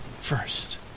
first